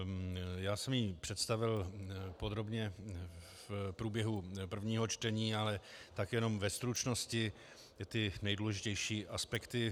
Já jsem ji představil podrobně v průběhu prvního čtení, ale jenom ve stručnosti ty nejdůležitější aspekty.